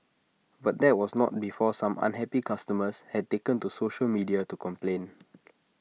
but that was not before some unhappy customers had taken to social media to complain